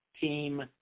team